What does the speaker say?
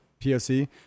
POC